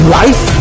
life